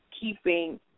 keeping